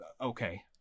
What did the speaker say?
okay